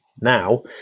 Now